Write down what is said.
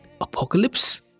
apocalypse